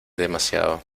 demasiado